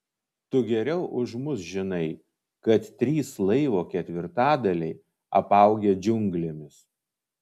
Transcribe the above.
tu geriau už mus žinai kad trys laivo ketvirtadaliai apaugę džiunglėmis